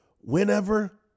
whenever